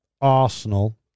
Arsenal